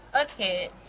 Okay